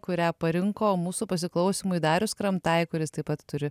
kurią parinko mūsų pasiklausymui darius skramtai kuris taip pat turi